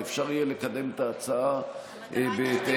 ואפשר יהיה לקדם את ההצעה בהתאם,